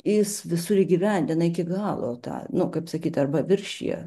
jis visur įgyvendina iki galo tą nu kaip sakyt arba viršija